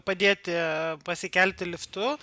padėti pasikelti liftu